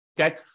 Okay